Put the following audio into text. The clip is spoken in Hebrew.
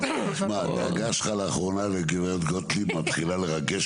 הדאגה שלך לאחרונה לגב' גוטליב מתחילה לרגש אותי.